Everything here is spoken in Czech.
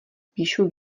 píšu